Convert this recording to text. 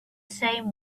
same